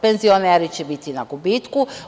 Penzioneri će biti na gubitku.